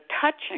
touching